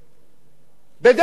בדאלית-אל-כרמל,